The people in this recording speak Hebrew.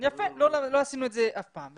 יפה, לא עשינו את זה אף פעם.